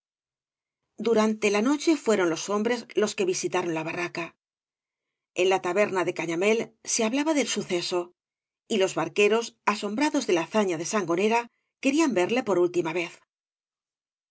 durante ia noche fueron los hombres loa que visitaron la barraca en la taberna de cañamél se hablaba del suceso y loe barqueros asombra dos de la hazaña de sangonera querían verle por últiína vez